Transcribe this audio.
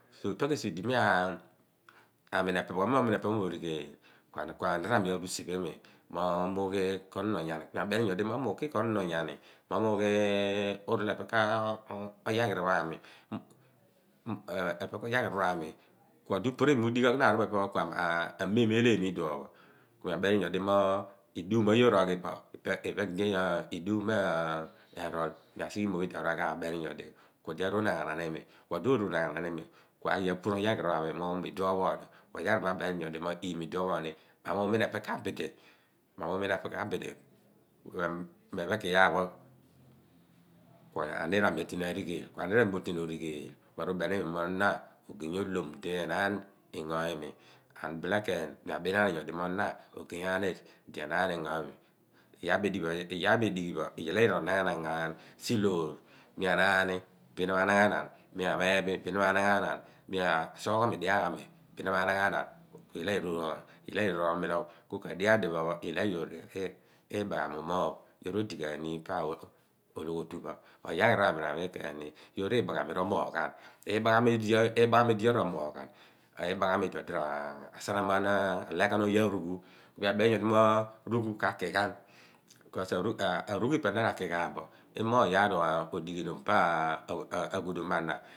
So ipah ku esi di mi a mina epepha kumiro oru origheel kua niir pho a mi aru usiph imi mo miu ghi konoon onyaani kunii abeni nyo di mo miuki ko noon onyaani mo miu rool epe ke yaghiri pho a mi uodi upuru imi mo udighi ika ku aa meem mo eeleey bo iduon pho ku mi abeni nyo di mo edumo yoor oghibo iduon kidi edum mo e rool kumi asighe oomo pho idi aruaghaap abeninyodi kuodi aru unaghanaan imi kuodi roru unagha naan imi kuaghi a puru. Oyaaghiri pho a mi kuo yaaghiripho ami nyo di mo iduon phooni mo miumina epe kabidi miumina epe kabidi kue epen kuiyaar pho kua niir a mi a/ten arigheel kua niir ami roten origheel kuaru oemimi mo na ogey oloom di enaan ingo imi ku mi abeniani nyodi mo na ogey aniir di enaan ingo imi iyaar pho edighibo iyaal ayira ronaghanaan ghan siloor mia naani bin na managhanaan miameephi bin na ma naghanaan mia sughughu mi dighaagh ami bin na ma managha naan iyaal ayoor oru omiuoogh bin kadio pho adiphe pho iyaal a yoor ibaghami umoogh yoor odi ghaan ni pa ologhotupho oyaghiri pho ami rami yoor libaghami yoor romooghan, imaghami di yoor roomooghaan odi ra like ghan osaram arughumiu beni nyodi mo rughu kaki ghan because arughu phi epe na rakighaabo imoogh iyaar onighinoom pa aghuduum mo ana